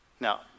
Now